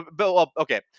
Okay